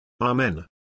Amen